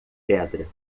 pedra